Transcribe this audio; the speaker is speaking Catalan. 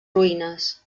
ruïnes